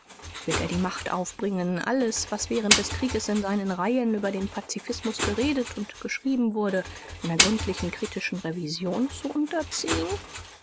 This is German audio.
wird er die kraft aufbringen alles was während des krieges in seinen reihen über den paz geredet u geschrieben wurde einer gründlichen kritischen revision zu unterziehen